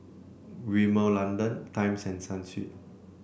Rimmel London Times and Sunsweet